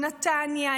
נתניה,